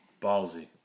Ballsy